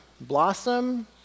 blossom